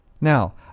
Now